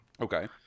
Okay